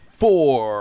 four